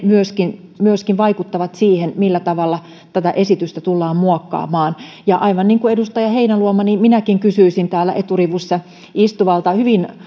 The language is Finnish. myöskin myöskin vaikuttavat siihen millä tavalla tätä esitystä tullaan muokkaamaan aivan niin kuin edustaja heinäluoma minäkin kysyisin täällä eturivissä istuvalta hyvin